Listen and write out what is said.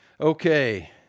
Okay